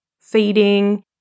feeding